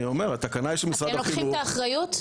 אתם לוקחים את האחריות?